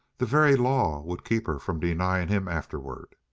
the very law would keep her from denying him afterward.